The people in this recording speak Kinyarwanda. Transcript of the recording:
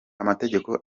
amategeko